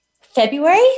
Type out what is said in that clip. February